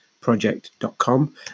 project.com